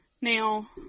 Now